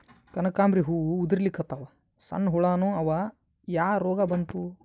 ಕನಕಾಂಬ್ರಿ ಹೂ ಉದ್ರಲಿಕತ್ತಾವ, ಸಣ್ಣ ಹುಳಾನೂ ಅವಾ, ಯಾ ರೋಗಾ ಬಂತು?